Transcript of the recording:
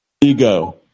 ego